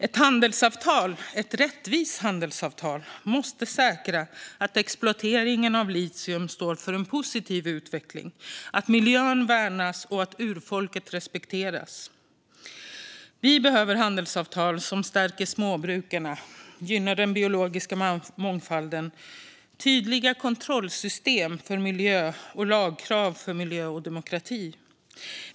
Ett rättvist handelsavtal måste säkra att exploateringen av litium står för en positiv utveckling, att miljö värnas och att urfolket respekteras. Vi behöver handelsavtal som stärker småbrukarna, gynnar den biologiska mångfalden och har tydliga kontrollsystem för miljö och lagkrav för miljö och demokrati.